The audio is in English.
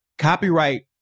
Copyright